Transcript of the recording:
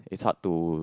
it's hard to